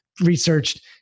researched